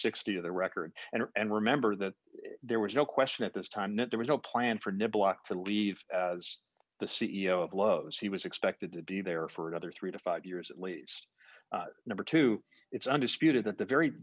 sixty of the record and and remember that there was no question at this time that there was no plan for no blot to leave as the c e o of loews he was expected to be there for another three to five years at least number two it's undisputed that the very